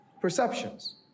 perceptions